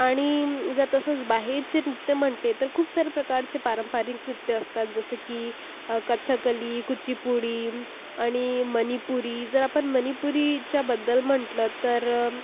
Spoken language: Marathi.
आणि जर तसंच बाहेरचे नृत्य म्हंटले तर खूप सारे प्रकारचे पारंपरिक नृत्य असतात जसे की कथ्थकली कुच्चीपुडी आणि मणिपुरी जर आपण मणिपुरीच्याबद्दल म्हंटलं तर